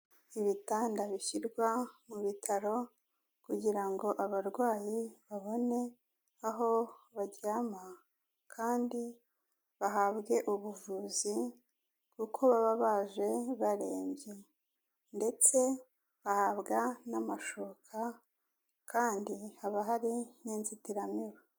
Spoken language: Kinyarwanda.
Ibitanda bishyirwa mu bitaro kugira ngo abarwayi babone aho baryama kandi bahabwe ubuvuzi kuko baba baje barembye ndetse bahabwa n'amashuka kandi haba hari n'inzitiramibu.